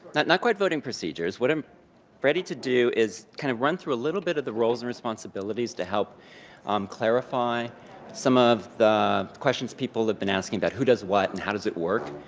not not quite voting procedures. what i'm ready to do is kind of run through a little bit of the roles and responsibilities to help um clarify some of the questions people have been asking but who does what? and how does it work?